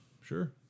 Sure